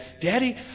Daddy